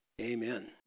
Amen